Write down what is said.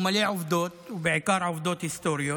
הוא מלא עובדות, ובעיקר עובדות היסטוריות.